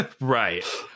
Right